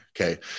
okay